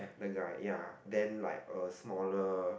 the guy ya then like a smaller